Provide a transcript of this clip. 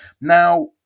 Now